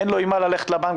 אין לו עם מה ללכת לבנק,